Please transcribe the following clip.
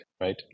right